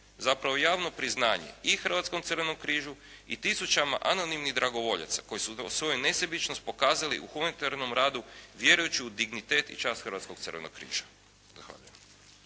zapravo javno priznanje i Hrvatskom crvenom križu i tisućama anonimnih dragovoljaca koji su svoju nesebičnost pokazali u humanitarnom radu vjerujući u dignitet i čast Hrvatskog crvenog križa.